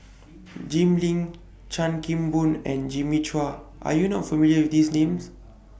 Jim Lim Chan Kim Boon and Jimmy Chua Are YOU not familiar with These Names